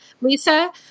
Lisa